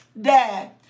Dad